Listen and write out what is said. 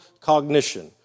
cognition